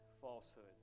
falsehood